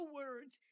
words